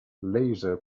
laser